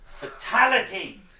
FATALITY